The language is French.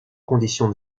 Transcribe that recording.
conditions